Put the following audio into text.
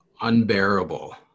unbearable